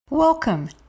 welcome